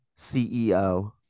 CEO